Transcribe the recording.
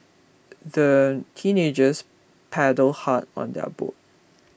the teenagers paddled hard on their boat